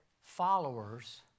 followers